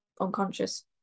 unconscious